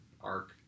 arc